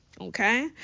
okay